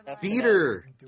Beater